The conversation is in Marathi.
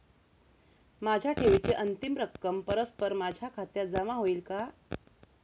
माझ्या ठेवीची अंतिम रक्कम परस्पर माझ्या खात्यात जमा होईल का?